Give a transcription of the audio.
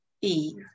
Eve